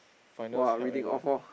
finals held at the